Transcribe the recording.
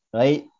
right